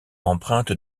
empreinte